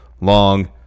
long